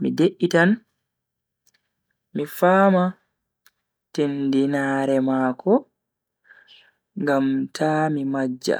mi de'itan mi fama tindinaare mako ngam ta mi majja.